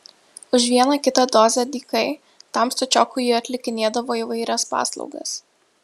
už vieną kitą dozę dykai tam stačiokui jie atlikinėdavo įvairias paslaugas